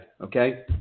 okay